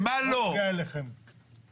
לכן בשנים האחרונות,